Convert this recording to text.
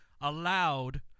allowed